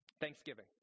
Thanksgiving